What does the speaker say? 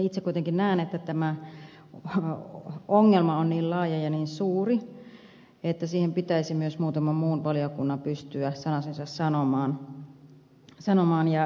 itse kuitenkin näen että tämä ongelma on niin laaja ja niin suuri että siihen pitäisi myös muutaman muun valiokunnan pystyä sanasensa sanomaan